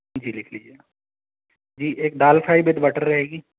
जी लिख लीजिए जी एक दाल फ़्राई विद बटर रहेगी